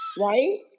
Right